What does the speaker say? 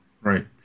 right